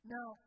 Now